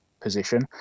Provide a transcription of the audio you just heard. position